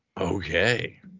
Okay